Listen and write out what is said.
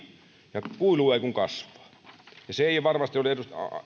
ja kuilu ei kun kasvaa ja se ei varmasti ole